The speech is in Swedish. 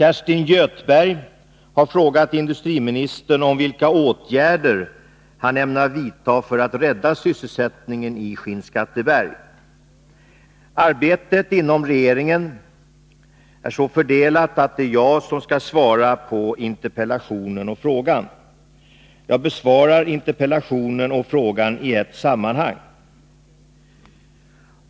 Arbetet inom regeringen är så fördelat att det är jag som skall svara på interpellationen och frågan. Jag besvarar interpellationen och frågan i ett sammanhang.